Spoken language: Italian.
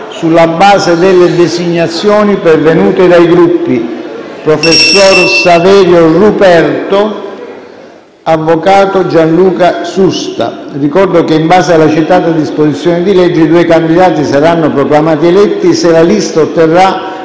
sulla base delle designazioni pervenute dai Gruppi: - professor Saverio Ruperto - avvocato Gianluca Susta. Ricordo che, in base alla citata disposizione di legge, i due candidati saranno proclamati eletti se la lista otterrà